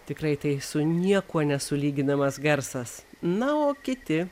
tikrai tai su niekuo nesulyginamas garsas na o kiti